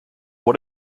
what